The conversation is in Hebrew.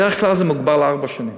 בדרך כלל זה מוגבל לארבע שנים.